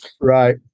right